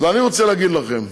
אני רוצה להגיד לכם,